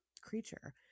creature